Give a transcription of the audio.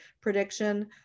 prediction